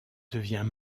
devient